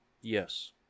Yes